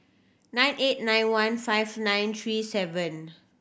nine eight nine one five nine three seven